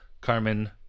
Carmen